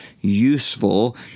useful